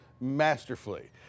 masterfully